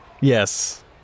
Yes